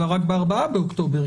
אלא רק ב-4 באוקטובר,